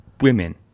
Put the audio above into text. Women